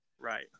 Right